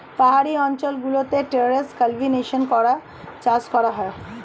পাহাড়ি অঞ্চল গুলোতে টেরেস কাল্টিভেশন করে চাষ করা হয়